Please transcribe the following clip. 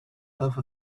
have